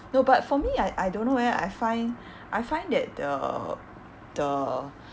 no but for me I I don't know eh I find I find that the the